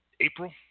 April